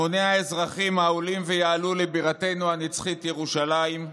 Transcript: המוני האזרחים העולים ויעלו לבירתנו הנצחית ירושלים.